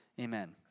amen